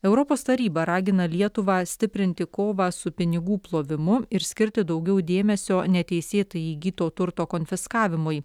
europos taryba ragina lietuvą stiprinti kovą su pinigų plovimu ir skirti daugiau dėmesio neteisėtai įgyto turto konfiskavimui